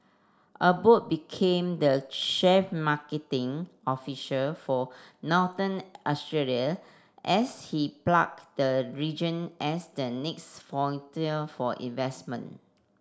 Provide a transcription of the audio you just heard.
Abbott became the chef marketing officer for Northern Australia as he plugged the region as the next for investment